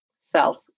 Self